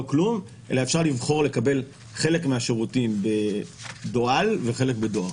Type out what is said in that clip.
כלום אלא אפשר לבחור לקבל חלק מהשירותים בדוא"ל וחלק בדואר.